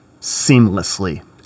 seamlessly